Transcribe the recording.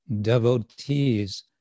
devotees